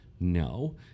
No